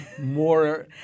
more